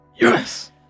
yes